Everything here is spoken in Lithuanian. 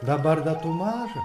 dabar dar tu mažas